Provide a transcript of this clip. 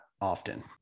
often